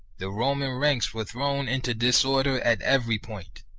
the roman ranks were thrown into disorder at every point,